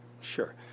Sure